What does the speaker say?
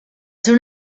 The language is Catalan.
seu